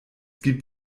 gibt